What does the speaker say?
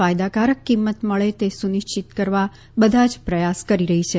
ફાયદાકારક કિંમત મળે તે સુનિશ્ચિત કરવા બધા જ પ્રયાસ કરી રહી છે